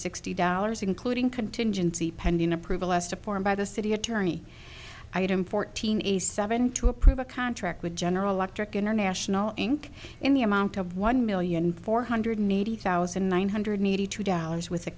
sixty dollars including contingency pending approval as to form by the city attorney item fourteen a seven to approve a contract with general electric international inc in the amount of one million four hundred eighty thousand nine hundred eighty two dollars with a